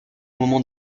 moment